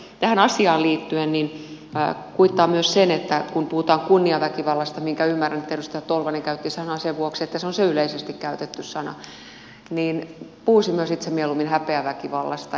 tähän asiaan liittyen kuittaan myös sen että kun puhutaan kunniaväkivallasta minkä ymmärrän että edustaja tolvanen käytti sanaa sen vuoksi että se on se yleisesti käytetty sana niin puhuisin myös itse mieluummin häpeäväkivallasta